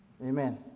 Amen